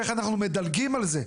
איך אנחנו מדלגים על זה?